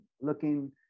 looking